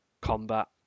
combat